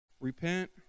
Repent